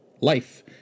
life